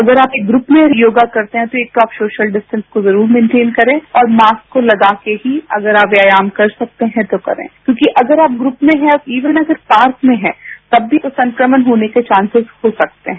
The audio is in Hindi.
अगर आप एक ग्रुप में योगा करते हैं तो एक तो आप सोशल डिस्टेंस के रूल मेनटेन करें और मास्क को लगाकर ही अगर आप व्यायाम कर सकते हैं तो करें क्योंकि अगर आप ग्रुप में है इवन अगर पार्क में है तब भी संक्रमण होने के चांसिस बढ़ सकते हैं